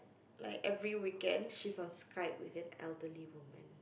like every weekend she's on Skype with an elderly woman